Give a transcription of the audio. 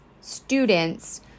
students